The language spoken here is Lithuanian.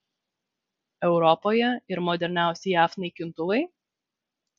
europoje ir moderniausi jav naikintuvai